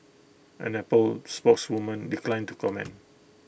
an Apple spokeswoman declined to comment